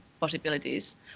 possibilities